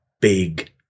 big